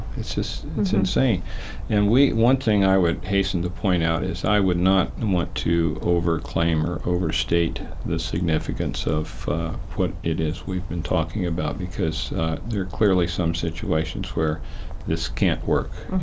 it's just, it's insane and we one thing i would hasten to point out is i would not and want to over-claim or overstate the significance of what it is we've been talking about, because there are clearly some situations where this can't work,